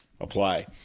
apply